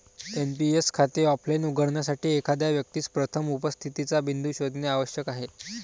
NPS खाते offline उघडण्यासाठी, एखाद्या व्यक्तीस प्रथम उपस्थितीचा बिंदू शोधणे आवश्यक आहे